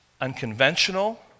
unconventional